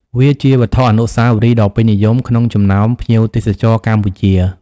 វាជាវត្ថុអនុស្សាវរីយ៍ដ៏ពេញនិយមក្នុងចំណោមភ្ញៀវទេសចរណ៍កម្ពុជា។